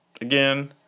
Again